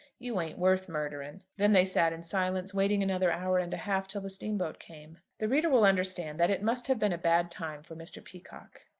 you ain't worth murdering. then they sat in silence, waiting another hour and a half till the steamboat came. the reader will understand that it must have been a bad time for mr. peacocke.